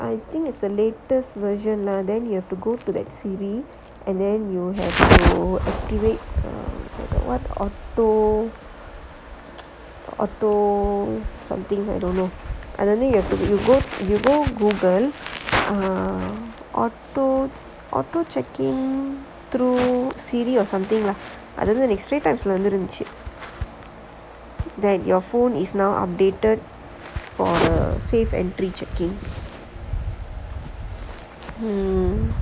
I think is the latest version lah then you have to go to the setting and then you have to visit one or two or something I don't know I don't think you have to go Google I don't know next three types landed in C_D that your phone is now updated for the SafeEntry checking mmhmm